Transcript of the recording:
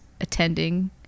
attending